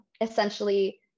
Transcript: essentially